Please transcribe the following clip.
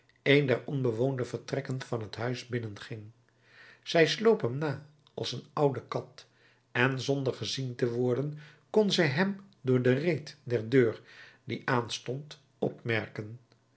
een der onbewoonde vertrekken van het huis binnenging zij sloop hem na als een oude kat en zonder gezien te worden kon zij hem door de reet der deur die aanstond opmerken